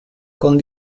con